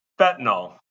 fentanyl